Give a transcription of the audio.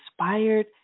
inspired